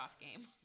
game